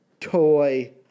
toy